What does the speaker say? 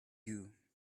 you